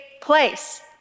place